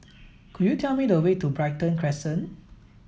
could you tell me the way to Brighton Crescent